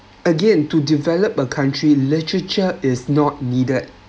again to develop a country literature is not needed